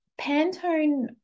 Pantone